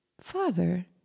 Father